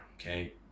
okay